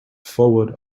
forward